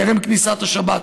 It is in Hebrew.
טרם כניסת השבת,